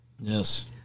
Yes